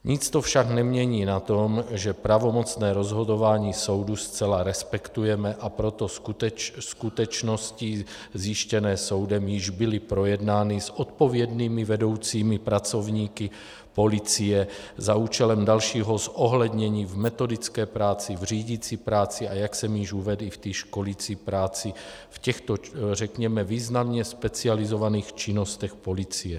Nic to však nemění na tom, že pravomocné rozhodování soudu zcela respektujeme, a proto skutečnosti zjištěné soudem již byly projednány s odpovědnými vedoucími pracovníky policie za účelem dalšího zohlednění v metodické práci, v řídicí práci, a jak jsem již uvedl, i v té školicí práci, v těchto řekněme významně specializovaných činnostech policie.